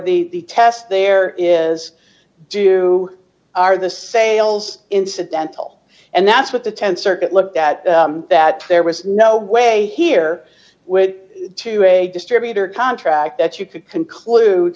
the test d there is do are the sales incidental and that's what the th circuit looked at that there was no way here with to a distributor contract that you could conclude